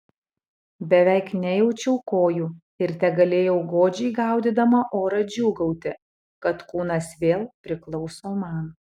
beveik nejaučiau kojų ir tegalėjau godžiai gaudydama orą džiūgauti kad kūnas vėl priklauso man